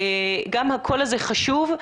גם הקול הזה חשוב,